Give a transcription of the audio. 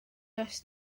does